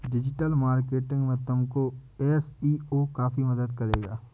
digital marketing में तुमको SEO काफी मदद करेगा